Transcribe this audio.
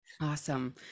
Awesome